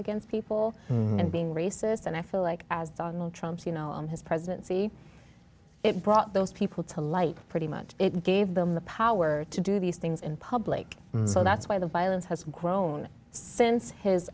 against people and being racist and i feel like as donald trump you know on his presidency it brought those people to light pretty much it gave them the power to do these things in public so that's why the violence has grown since his